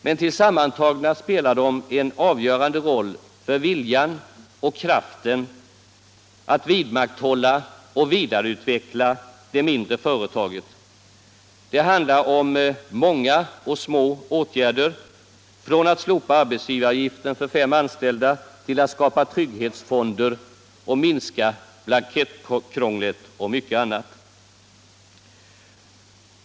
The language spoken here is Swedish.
Men tillsammantagna spelar de en avgörande roll för viljan och kraften att vidmakthålla och vidareutveckla det mindre företaget. Det handlar om många och små åtgärder, från att slopa arbetsgivaravgiften för fem anställda till att skapa trygghetsfonder och minska blankettkrånglet och mycket annat.